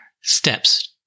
steps